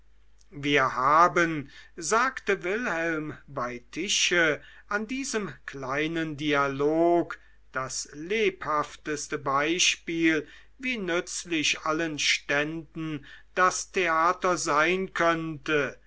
wir haben sagte wilhelm bei tische an diesem kleinen dialog das lebhafteste beispiel wie nützlich allen ständen das theater sein könnte